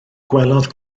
gwelodd